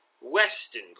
western